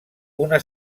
una